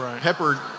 Pepper